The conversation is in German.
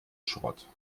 schrott